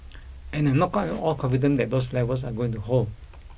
and I'm not at all confident that those levels are going to hold